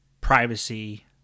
privacy